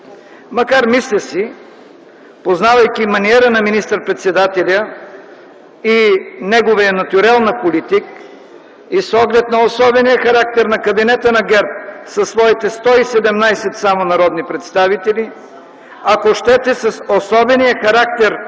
макар мисля си, познавайки маниера на министър-председателя и неговия натюрел на политик, и с оглед на особения характер на кабинета на ГЕРБ със своите само 117 народни представители, ако щете – с особения характер